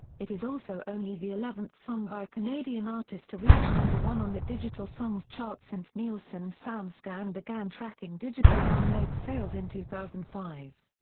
it is also only the eleventh song by a canadian artist to reach number one on the digital songs chart since nielsen soundscan began tracking digital download sales in two thousand and five.